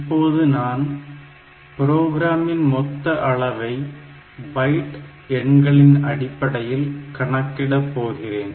இப்போது நான் ப்ரோக்ராமின் மொத்த அளவை பைட் எண்களின் அடிப்படையில் கணக்கிட போகிறேன்